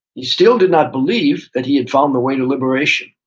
he still did not believe that he had found the way to liberation.